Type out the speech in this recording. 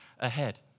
ahead